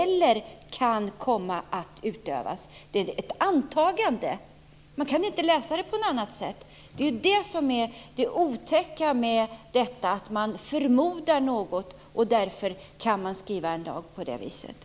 Det är ett antagande; man kan inte läsa det på något annat sätt. Det är ju det som är det otäcka med detta: Man förmodar något, och därför kan man skriva en lag på det här viset.